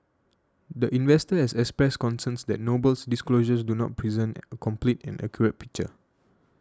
the investor has expressed concerns that Noble's disclosures do not present a complete and accurate picture